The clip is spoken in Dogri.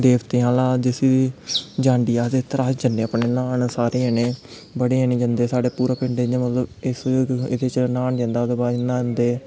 देवतें आह्ला जिसी जांडी आखदे उत्थै अस जन्ने अपने न्हान सारे जन्ने बड़े जनें जंदे साढ़ै पूरा पिंड इ'यां एह्दे च न्हान जंदा ओह्दे बाद न्हांदे